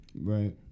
Right